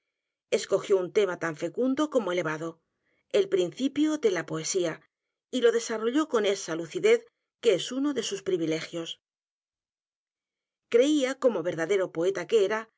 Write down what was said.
escogió un tema tan fecundo como elevado el principio de la poesía y lo desarrolló con esa lucidez que es uno de sus privilegios edgar poe creía como verdadero poeta que era